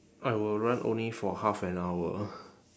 I will run only for half an hour